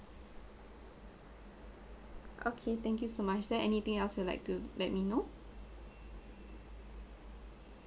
okay thank you so much is there anything else you'd like to let me know